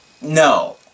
No